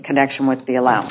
connection with the allow